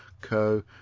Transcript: co